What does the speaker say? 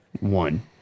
one